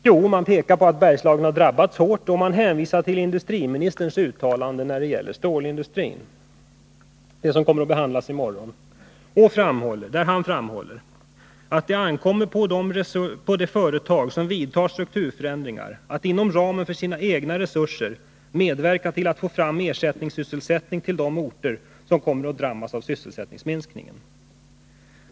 Jo, man pekar på att Bergslagen har drabbats hårt, och man hänvisar till industriministerns uttalande om stålindustrin — det som kommer att behandlas i morgon — där han framhåller ”att det ankommer på de företag som vidtar strukturförändringar att inom ramen för sina egna resurser medverka till att få fram ersättningssysselsättning till de orter som kommer att drabbas av sysselsättningsminskning”.